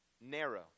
narrow